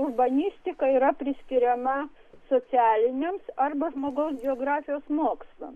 urbanistika yra priskiriama socialiniams arba žmogaus biografijos mokslams